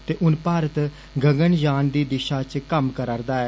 ते हुन भारत गगनयान दी दिषा च कम्म करै दा ऐ